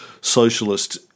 socialist